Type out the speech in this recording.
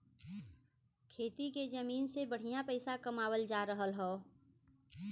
खेती के जमीन से बढ़िया पइसा कमावल जा रहल हौ